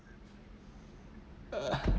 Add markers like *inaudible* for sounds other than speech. *breath*